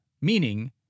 meaning